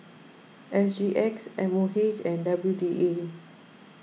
S G X M O H and W D A